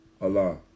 Allah